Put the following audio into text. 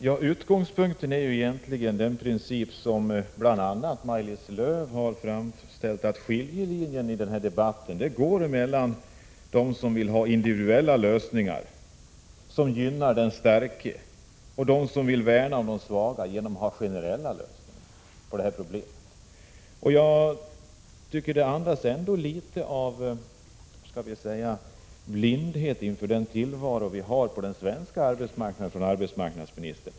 Herr talman! Utgångspunkten är egentligen den princip som bl.a. Maj-Lis Lööw har framfört, nämligen att skiljelinjen går mellan dem som vill ha individuella lösningar, vilka gynnar de starka, och dem som värnar om de svaga och därför vill ha generella lösningar på problemet. Arbetsmarknadsministerns svar andas litet av låt mig kalla det blindhet inför de nuvarande förhållandena på den svenska arbetsmarknaden.